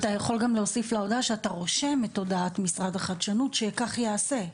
אתה יכול גם להוסיף לעובדה שאתה רושם את הודעת משרד החדשנות שכך ייעשה,